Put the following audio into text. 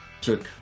took